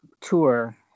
tour